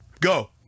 Go